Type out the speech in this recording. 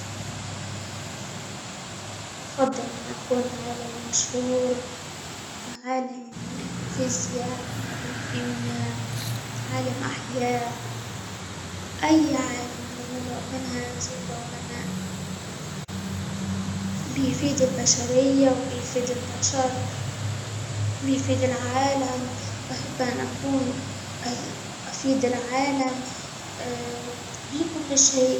أفضل أن أكون عالم مشهور، فعالم فيزياء، عالم كيمياء، عالم أحياء، أي عالم من العل- من هذه العلماء، بيفيد البشرية، وبيفيد البشر، وبيفيد العالم، وأحب أن أكون أفيد العالم، به كل شيء.